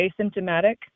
asymptomatic